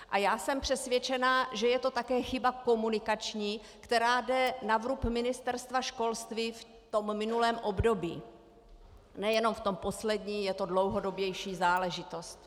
A já jsem přesvědčena, že je to také chyba komunikační, která jde na vrub Ministerstva školství v minulém období nejenom v tom posledním, je to dlouhodobější záležitost.